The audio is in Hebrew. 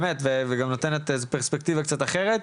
באמת וגם נותנת איזו פרספקטיבה קצת אחרת.